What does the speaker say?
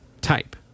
type